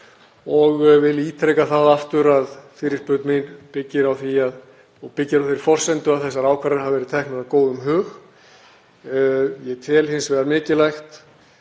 og vil ítreka það aftur að fyrirspurn mín byggir á þeirri forsendu að þessar ákvarðanir hafi verið teknar af góðum hug. Ég tel hins vegar mikilvægt